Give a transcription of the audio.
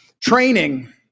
training